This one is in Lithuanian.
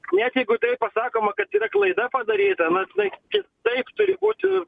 net jeigu tai pasakoma kad yra klaida padaryta nors jinai kitaip turi būti